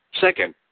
Second